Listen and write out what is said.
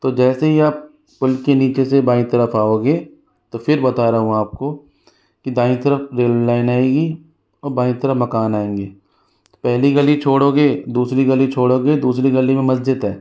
तो जैसे ही आप पुल के नीचे से बाईं तरफ आओगे तो फिर बता रहा हूँ आपको कि दाईं तरफ रेलवे लाइन आएगी और बाईं तरफ मकान आएँगे पहली गली छोड़ोगे दूसरी गली छोड़ोगे दूसरी गली में मस्जिद है